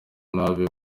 nabi